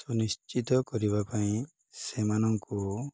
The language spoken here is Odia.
ସୁନିଶ୍ଚିତ କରିବା ପାଇଁ ସେମାନଙ୍କୁ